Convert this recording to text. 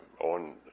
on